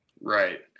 right